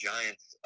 Giants